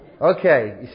Okay